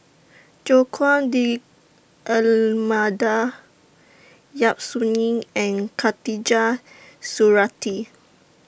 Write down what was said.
Joaquim D'almeida Yap Su Yin and Khatijah Surattee